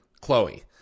Chloe